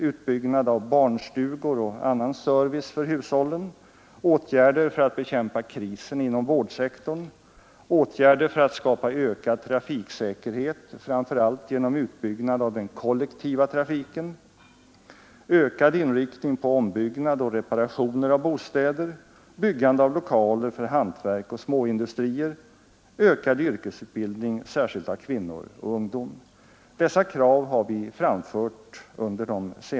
utbyggnad av barnstugor och annan service för hushållen, åtgärder för att bekämpa krisen inom vårdssektorn, åtgärder för att skapa ökad trafiksäkerhet framför allt genom utbyggnad av den kollektiva trafiken, ökad inriktning på ombyggnad och reparationer av bostäder, byggande av lokaler för hantverk och småindustrier, ökad yrkesutbildning särskilt av kvinnor och ungdom.